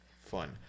fun